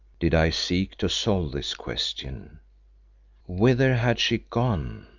did i seek to solve this question whither had she gone?